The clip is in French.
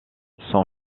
son